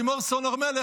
לימור סון הר מלך,